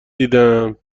دیدم